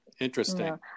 interesting